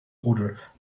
order